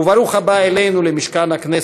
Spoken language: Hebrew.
וברוך הבא אלינו למשכן הכנסת,